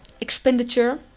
expenditure